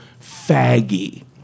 faggy